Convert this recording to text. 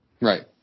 Right